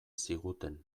ziguten